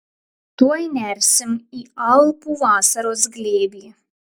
tuoj nersim į alpų vasaros glėbį